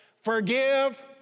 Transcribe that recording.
forgive